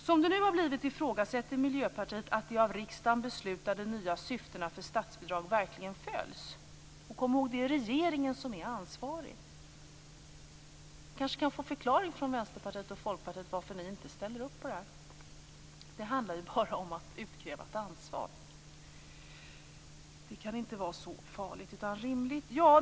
Som det nu har blivit ifrågasätter Miljöpartiet att de av riksdagen beslutade nya syftena för statsbidrag verkligen följs. Kom ihåg att det är regeringen som är ansvarig! Vi kanske kan få en förklaring från Vänsterpartiet och Folkpartiet till varför ni inte ställer upp på detta. Det handlar ju bara om att utkräva ett ansvar. Det kan inte vara så farligt, det är rimligt.